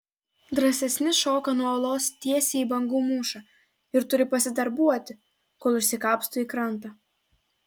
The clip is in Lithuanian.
drąsesni šoka nuo uolos tiesiai į bangų mūšą ir turi pasidarbuoti kol išsikapsto į krantą